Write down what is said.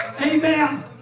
Amen